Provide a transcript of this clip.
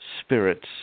spirits